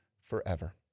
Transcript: forever